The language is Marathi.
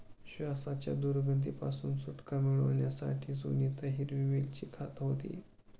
श्वासाच्या दुर्गंधी पासून सुटका मिळवण्यासाठी सुनीता हिरवी वेलची खात होती